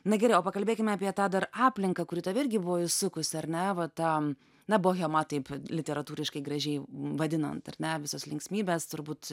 na gerai o pakalbėkim apie tą dar aplinką kuri tave irgi buvo įsukusi ar ne va ta na bohema taip literatūriškai gražiai vadinant ar ne visos linksmybės turbūt